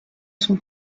son